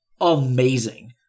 amazing